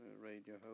radio